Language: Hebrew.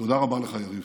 תודה רבה לך, יריב.